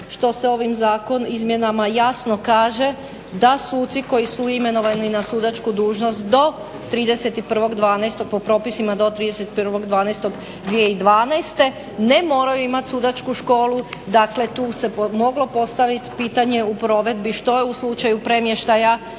što se ovim izmjenama zakona jasno kaže da suci koji su imenovani na sudačku dužnost do po propisima do 31.12.2012.ne moraju imati sudačku školu. Dakle tu se moglo postaviti pitanje u provedbi što je u slučaju premještaja